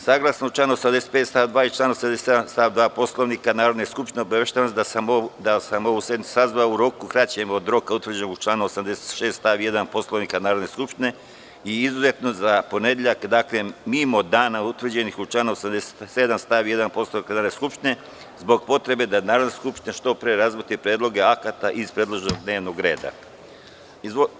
Saglasno članu 195. stav 2. i članu 77. stav 2. Poslovnika Narodne skupštine, obaveštavam vas da sam ovu sednicu sazvao u roku kraćem od roka utvrđenog u članu 86. stav 1. Poslovnika Narodne skupštine, izuzetno za ponedeljak, dakle, mimo dana utvrđenih u članu 87. stav 1. Poslovnika Narodne skupštine, zbog potrebe da Narodna skupština što pre razmotri predloge akata iz predloženog dnevnog reda.